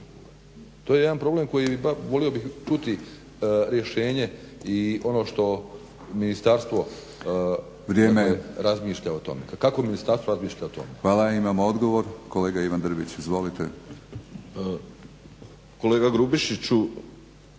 To je jedan problem koji bih volio bih čuti rješenje i ono kako ministarstvo razmišlja o tome. **Batinić, Milorad (HNS)** Hvala. Imamo odgovor kolega Ivan Drmić. Izvolite. **Drmić,